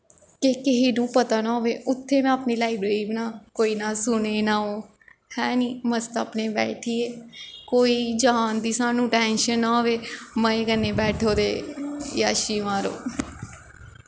कि किहे नू पता निं होए उत्थें में अपनी लाईब्रेरी बनां कोई ना सुने ना ओह् हैनी मस्त अपने बैठियै कोई जान दी सानूं टैंशन ना होए मज़े कन्नै बैठो ते जैशी मारो